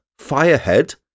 Firehead